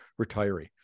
retiree